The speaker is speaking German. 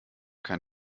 kein